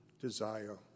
desire